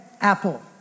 apple